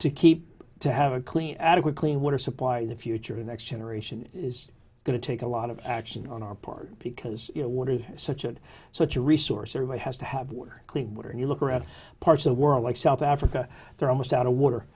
to keep to have a clean adequate clean water supply in the future a next generation is going to take a lot of action on our part because you know what is such and such a resource everybody has to have clean water and you look around parts of the world like south africa they're almost out of water